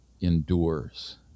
endures